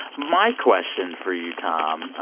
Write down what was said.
my question for you, tom,